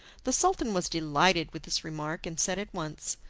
the sultan was delighted with this remark, and said at once,